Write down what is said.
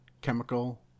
chemical